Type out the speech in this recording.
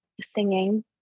Singing